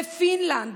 בפינלנד,